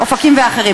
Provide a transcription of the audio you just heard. לאופקים ולאחרים.